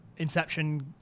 Inception